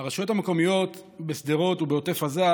הרשויות המקומיות בשדרות ובעוטף עזה,